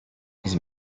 his